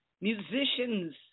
musicians